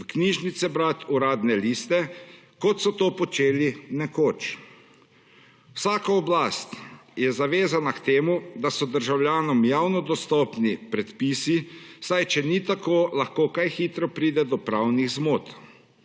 v knjižnice brati uradne liste, kot so to počeli nekoč. Vsaka oblast je zavezana k temu, da so državljanom javno dostopni predpisi, saj če ni tako lahko kaj hitro pride do pravnih zmot.